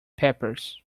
peppers